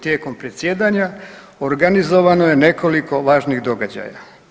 Tijekom predsjedanja organizovano je nekoliko važnih događaja.